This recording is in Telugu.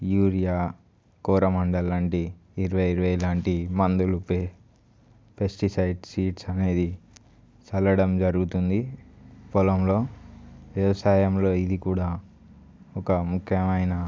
యూరియా కోరమండల్ లాంటి ఇరవై ఇరవై లాంటి మందులు పే పెస్టిసైడ్స్ సీడ్స్ అనేది చల్లడం జరుగుతుంది పొలంలో వ్యవసాయంలో ఇది కూడా ఒక ముఖ్యమైన